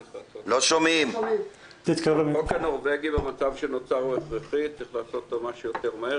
צריך לחוקק אותו כמה שיותר מהר.